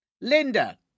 linda